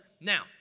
Now